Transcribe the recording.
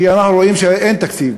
כי אנחנו רואים שאין תקציב.